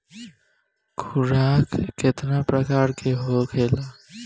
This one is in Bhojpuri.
खुराक केतना प्रकार के होखेला?